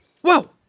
Whoa